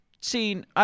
seen